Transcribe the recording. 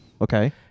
Okay